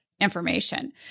Information